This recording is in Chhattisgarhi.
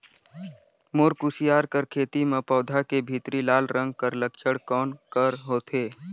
मोर कुसियार कर खेती म पौधा के भीतरी लाल रंग कर लक्षण कौन कर होथे?